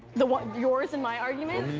the one yours and my argument?